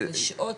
זה שעות?